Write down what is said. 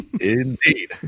Indeed